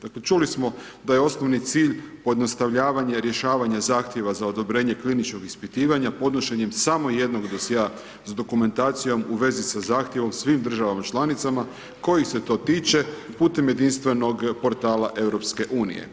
Dakle, čuli smo da je osnovni cilj pojednostavljavanje rješavanja zahtjeva za odobrenje kliničkog ispitivanja, podnošenjem samo jednog dosjea s dokumentacijom u vezi sa zahtjevom svim državama članicama kojih se to tiče, putem jedinstvenog portala EU.